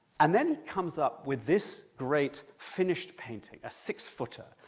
and then comes up with this great finished painting, a six-footer,